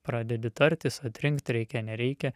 pradedi tartis atrinkt reikia nereikia